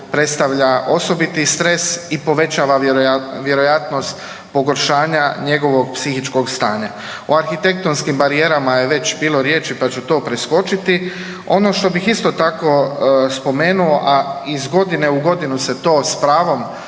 predstavlja osobiti stres i povećava vjerojatnost pogoršanja njegovog psihičkog stanja. O arhitektonskim barijerama je već bilo riječi pa ću to preskočiti. Ono što bih isto tako spomenuo, a iz godine u godinu se to s pravom